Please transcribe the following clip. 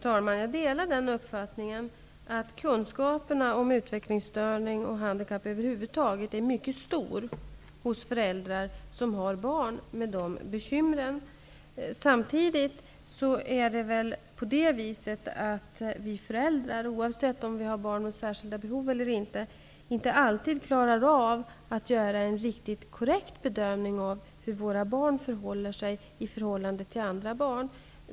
Herr talman! Jag delar uppfattningen att kunskaperna om utvecklingsstörning och handikapp över huvud taget är mycket stor hos föräldrar som har barn med dessa bekymmer. Samtidigt klarar vi föräldrar, oavsett om vi har barn med särskilda behov eller inte, inte alltid av att göra en riktigt korrekt bedömning av hur våra barn förhåller sig i förhållande till andra barn.